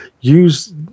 use